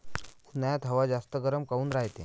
उन्हाळ्यात हवा जास्त गरम काऊन रायते?